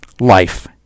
life